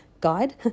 guide